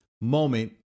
moment